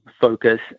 focus